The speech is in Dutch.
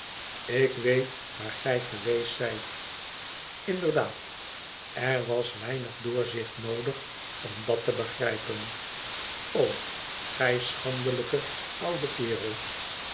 tik weet waar gij geweest zijt inderdaad er was weinig doorzicht noodig om dat te begrijpen o gij schandelijke oude kerel